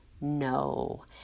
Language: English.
No